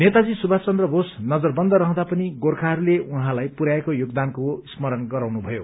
नेताजी सुभाष चन्द्र बोस नजर बन्द रहँदा पनि गोर्खाहरूले उहाँलाई पुरयाएको योगदानको स्मरण गराउनु भयो